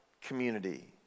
community